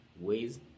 ways